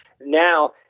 now